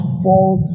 false